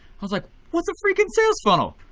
i was like what's a freaking sales funnel?